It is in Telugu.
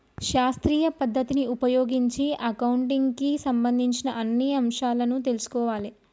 శాస్త్రీయ పద్ధతిని ఉపయోగించి అకౌంటింగ్ కి సంబంధించిన అన్ని అంశాలను తెల్సుకోవాలే